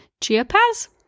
Chiapas